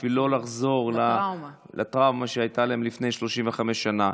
בשביל לא לחזור לטראומה שהייתה להם לפני 35 שנה.